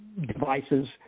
devices